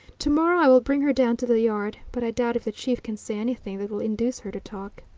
to-morrow i will bring her down to the yard. but i doubt if the chief can say anything that will induce her to talk.